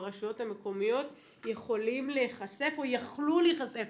ברשויות המקומיות יכולים להיחשף או יכלו להיחשף.